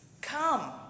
Come